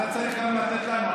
אתה צריך גם לתת לנו,